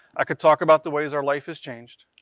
i could talk about the ways our life has changed.